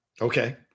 Okay